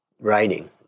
writing